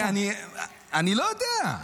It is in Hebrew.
אני לא יודע.